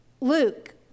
Luke